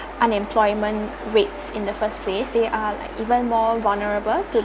unemployment rates in the first place they are like even more vulnerable